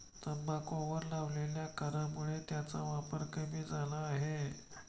तंबाखूवर लावलेल्या करामुळे त्याचा वापर कमी झाला आहे